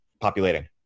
populating